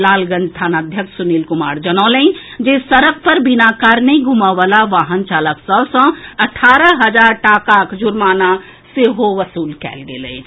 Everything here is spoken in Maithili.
लालगंज थानाध्यक्ष सुनील कुमार जनौलनि जे सड़क पर बिना कारण घुमएवला वाहन चालक सभ सँ अठारह हजार टाकाक जुर्माना सेहो वसूल कएल गेल अछि